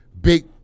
big